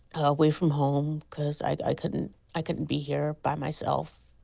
away from home, because i couldn't i couldn't be here by myself.